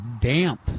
damp